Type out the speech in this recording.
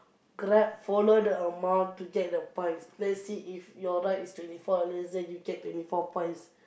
Grab follow the amount to check the points let's say if your ride is twenty four dollars then you get twenty four points